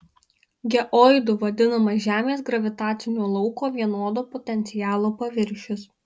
geoidu vadinamas žemės gravitacinio lauko vienodo potencialo paviršius